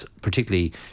particularly